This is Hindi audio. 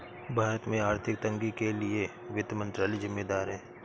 भारत में आर्थिक तंगी के लिए वित्त मंत्रालय ज़िम्मेदार है